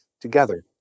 together